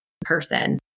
person